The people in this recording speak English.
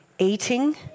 eating